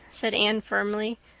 said anne firmly.